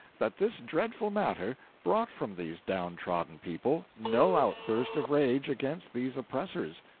that this dreadful matter brought from these downtrodden people no outburst of rage against these oppressors.